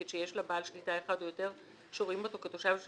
שיש לה בעל שליטה אחד או יותר שרואים אותו כתושב של